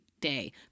day